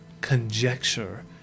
conjecture